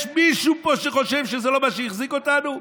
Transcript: יש מישהו פה שחושב שזה לא מה שהחזיק אותנו?